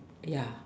ya